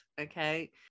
okay